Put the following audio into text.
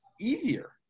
easier